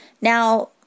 Now